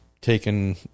taken